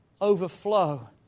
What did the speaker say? overflow